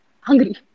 hungry